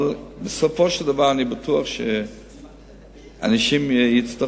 אבל בסופו של דבר אני בטוח שאם אנשים יצטרכו,